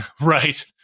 right